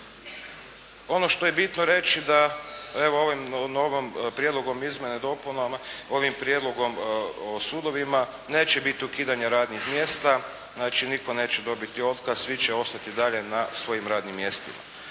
Ono što je bitno reći da evo ovim novim prijedlogom izmjene i dopunama, ovim prijedlogom o sudovima, neće biti ukidanja radnih mjesta, znači nitko neće dobiti otkaz, svi će ostati i dalje na svojim radnim mjestima.